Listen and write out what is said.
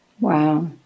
Wow